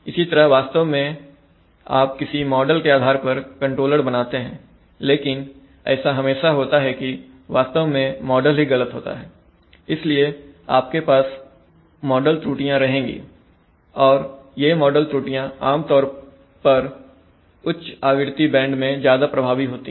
इसी तरह वास्तव में आप किसी मॉडल के आधार पर कंट्रोलर बनाते हैं लेकिन ऐसा हमेशा होता है कि वास्तव में मॉडल ही गलत होता है इसलिए आपके पास हमेशा मॉडल त्रुटियां रहेंगी और ये मॉडल त्रुटियां आमतौर पर उच्च आवृत्ति बैंड मैं ज्यादा प्रभावी होती हैं